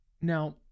now